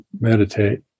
meditate